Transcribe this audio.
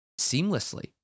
seamlessly